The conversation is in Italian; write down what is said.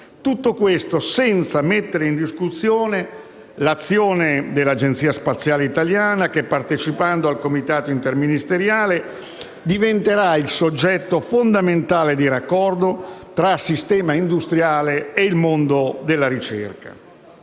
tutto ciò non mette in discussione l'azione dell'Agenzia spaziale italiana che, partecipando al Comitato interministeriale, diventerà il soggetto fondamentale di raccordo tra il sistema industriale e il mondo della ricerca.